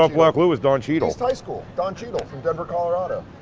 ah black lou was don cheadle. east high school, don cheadle, from denver, colorado.